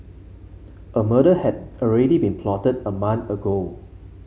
a murder had already been plotted a month ago